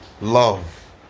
Love